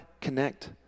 connect